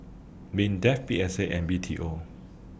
Mindef P S A and B T O